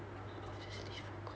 come on I forgot